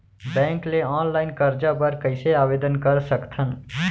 Bank ले online करजा बर कइसे आवेदन कर सकथन?